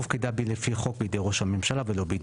הופקדה לפי חוק בידי ראש הממשלה ולא בידי בית המשפט.